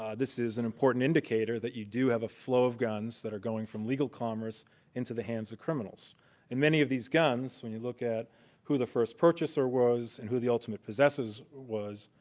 ah this is an important indicator that you do have a flow of guns that are going from legal commerce into the hands of criminals and many of these guns when you look at who the first purchaser was and who the ultimate possessives was,